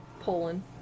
Poland